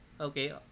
Okay